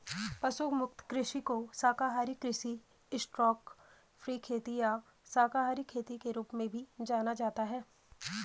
पशु मुक्त कृषि को शाकाहारी कृषि स्टॉकफ्री खेती या शाकाहारी खेती के रूप में भी जाना जाता है